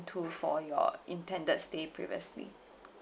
to for your intended stay previously